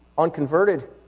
Unconverted